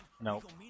Nope